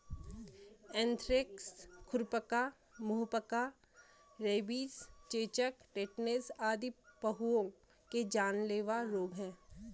anthrax, खुरपका, मुहपका, rabies, चेचक, टेटनस आदि पहुओं के जानलेवा रोग हैं